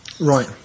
Right